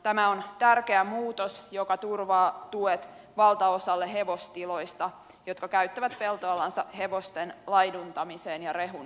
tämä on tärkeä muutos joka turvaa tuet valtaosalle hevostiloista jotka käyttävät peltoalansa hevosten laiduntamiseen ja rehun tuotantoon